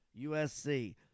USC